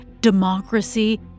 democracy